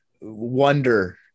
wonder